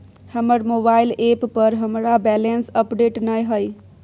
हमर mobile app पर हमरा बैलेंस अपडेट नय हय